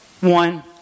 one